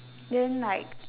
then like